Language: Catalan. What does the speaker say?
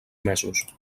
mesos